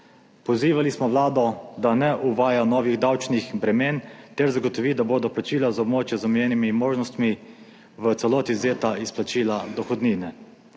Pozivali smo vlado, da ne uvaja novih davčnih bremen ter zagotovi, da bodo plačila za območja z omejenimi možnostmi v celoti izvzeta iz plačila dohodnine.